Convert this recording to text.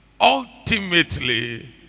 ultimately